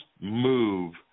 move